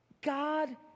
God